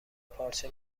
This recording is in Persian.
پارچه